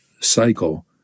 cycle